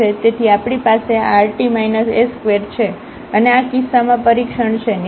તેથી આપણી પાસે આrt s2 છે અને આ કિસ્સામાં પરીક્ષણ છે